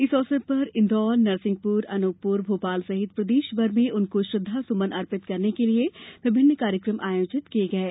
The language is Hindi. इस अवसर पर इंदौर नरसिंहपुर अनूपपुर भोपाल सहित प्रदेशभर में उनको श्रद्वासुमन अर्पित करने के लिए विभिन्न कार्यक्रम आयोजित किये जा गये